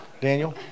Daniel